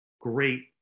great